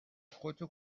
خودتو